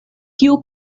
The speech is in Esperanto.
kiu